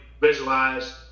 visualize